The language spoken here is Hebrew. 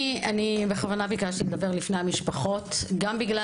בכוונה ביקשתי לדבר לפני המשפחות גם בגלל